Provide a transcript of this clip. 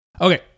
Okay